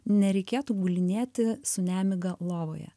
nereikėtų gulinėti su nemiga lovoje